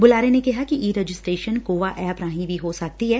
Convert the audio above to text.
ਬੁਲਾਰੇ ਨੇ ਕਿਹੈ ਕਿ ਈ ਰਜਿਸ਼ਟਰੇਸ਼ਨ ਕੋਵਾ ਐਪ ਰਾਹੀਂ ਵੀ ਹੋ ਸਕਦੀ ਐ